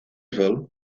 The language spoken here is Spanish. baseball